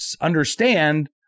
understand